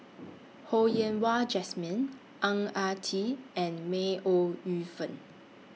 Ho Yen Wah Jesmine Ang Ah Tee and May Ooi Yu Fen